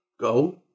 Go